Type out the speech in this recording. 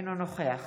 אינו נוכח